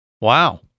Wow